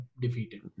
defeated